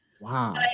wow